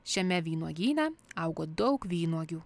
šiame vynuogyne augo daug vynuogių